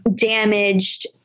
damaged